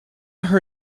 her